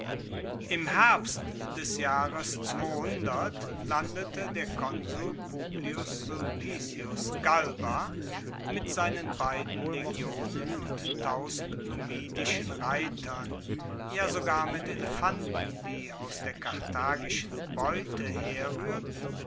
im herbst des jahres landete der konsul publius sulpicius galba mit seinen beiden legionen und numidischen reitern ja sogar mit elefanten die aus der karthagischen beute